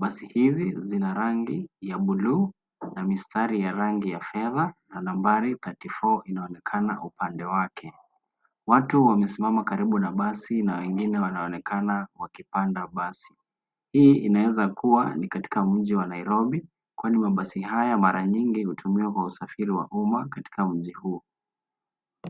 Basi hizi zina rangi ya buluu na mistari ya rangi ya fedha na nambari 34 inaonekana upande wake, watu wamesimama karibu na basi na wengine wanaonekana wakipanda basi hii inaweza kuwa ni katika mji wa Nairobi kwani mabasi haya mara nyingi hutumia kwa usafiri wa umma katika mji huu.